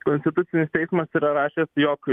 konstitucinis teismas yra rašęs jog